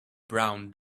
brown